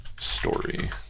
story